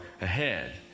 ahead